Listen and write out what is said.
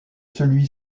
celui